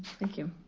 thank you.